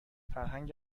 فرهنگ